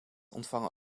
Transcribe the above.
ontvangen